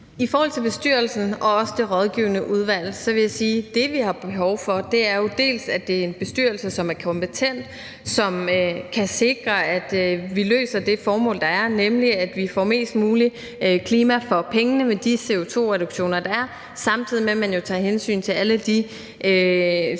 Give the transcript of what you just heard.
I forhold til bestyrelsen og det rådgivende udvalg vil jeg sige, at det, vi har behov for, er, at det er en bestyrelse, som er kompetent, som kan sikre, at vi tjener det formål, der er, nemlig at vi får mest muligt klima for pengene med de CO2-reduktioner, der er, samtidig med at man tager hensyn til alle de